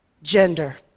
gender.